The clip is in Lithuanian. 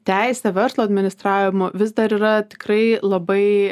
teisė verslo administravimo vis dar yra tikrai labai